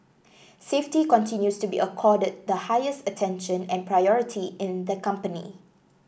safety continues to be accorded the highest attention and priority in the company